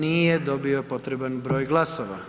Nije dobio potreban broj glasova.